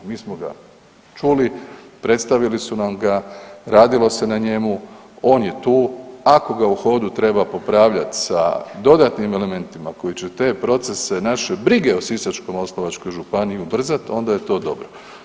Mi smo ga čuli, predstavili su nam ga, radilo se na njemu, on je tu, ako ga u hodu treba popravljati sa dodatnim elementima koji će te procese naše brige o Sisačko-moslavačkoj županiji ubrzat onda je to dobro.